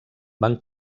van